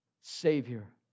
Savior